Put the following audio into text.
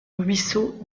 ruisseau